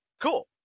cool